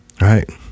right